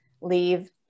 leave